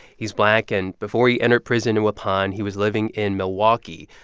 he's black. and before he entered prison in waupun, he was living in milwaukee,